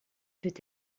peut